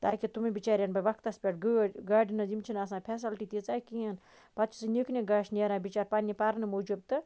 تاکہِ تِمَن بِچاریٚن پیٚیہِ وَکھتَس پیٚٹھ گٲڑۍ گاڑِ مَنٛز یِم چھِ نہ آسان پھیسَلٹی تیٖژاہ کِہِنۍ پَتہِ چھُ سُہ نِکہِ نِکہ گاشہِ نیران بِچار پَننہِ پَرنہٕ موٗجُب تہٕ